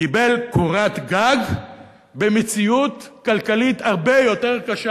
קיבל קורת גג במציאות כלכלית הרבה יותר קשה